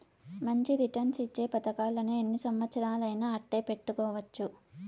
మంచి రిటర్న్స్ ఇచ్చే పతకాలను ఎన్ని సంవచ్చరాలయినా అట్టే పెట్టుకోవచ్చు